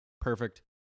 perfect